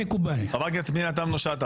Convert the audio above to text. חברת הכנסת פנינה תמנו שטה,